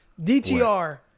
DTR